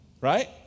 Right